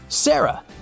Sarah